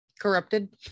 Corrupted